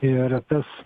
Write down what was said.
ir tas